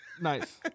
nice